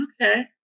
Okay